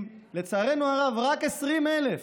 לצערנו הרב, אם רק 20,000